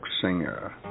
singer